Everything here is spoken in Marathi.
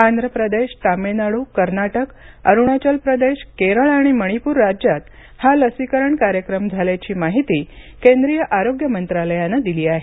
आंध्र प्रदेश तामिळनाडू कर्नाटक अरुणाचल प्रदेश केरळ आणि मणीपूर राज्यात हा लसीकरण कार्यक्रम झाल्याची माहिती केंद्रिय आरोग्य मंत्रालयानं दिली आहे